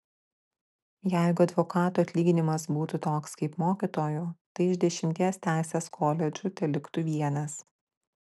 jeigu advokatų atlyginimas būtų toks kaip mokytojų tai iš dešimties teisės koledžų teliktų vienas